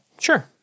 Sure